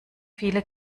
viele